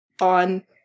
on